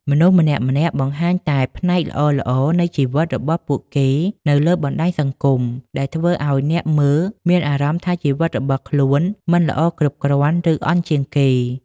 មនុស្សម្នាបង្ហាញតែផ្នែកល្អៗនៃជីវិតរបស់ពួកគេនៅលើបណ្តាញសង្គម ដែលធ្វើឲ្យអ្នកមើលមានអារម្មណ៍ថាជីវិតរបស់ខ្លួនមិនល្អគ្រប់គ្រាន់ ឬអន់ជាងគេ។